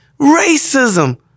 racism